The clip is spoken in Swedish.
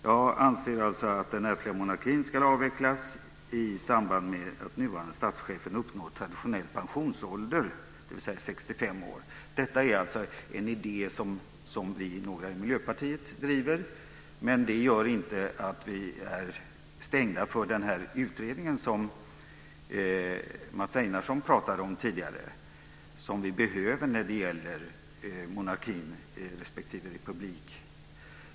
Jag anser alltså att den ärftliga monarkin ska avvecklas i samband med att den nuvarande statschefen uppnår traditionell pensionsålder, dvs. 65 år. Detta är en idé som några av oss i Miljöpartiet, men det innebär inte att vi motsätter oss den utredning som Mats Einarsson talade om tidigare och som vi behöver när det gäller frågan om monarki respektive republik.